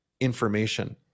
information